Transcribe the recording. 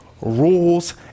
rules